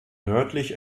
nördlich